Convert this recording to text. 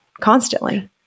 constantly